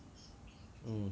mm